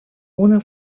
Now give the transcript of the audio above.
una